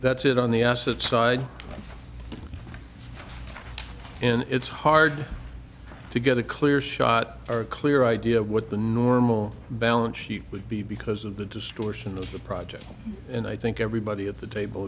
that's it on the asset side and it's hard to get a clear shot or a clear idea of what the normal balance sheet would be because of the distortion of the project and i think everybody at the table